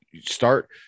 start